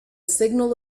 signal